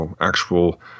actual